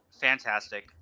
fantastic